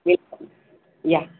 welcome या